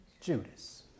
Judas